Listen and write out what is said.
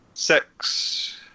Six